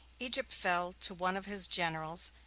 egypt fell to one of his generals,